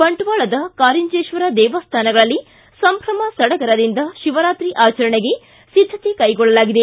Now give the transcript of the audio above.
ಬಂಟ್ವಾಳದ ಕಾರಿಂಜೇಶ್ವರ ದೇವಸ್ಥಾನಗಳಲ್ಲಿ ಸಂಭ್ರಮ ಸಡಗರದಿಂದ ಶಿವರಾತ್ರಿ ಆಚರಣೆಗೆ ಸಿದ್ದತೆ ಕೈಗೊಳ್ಳಲಾಗಿದೆ